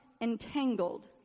entangled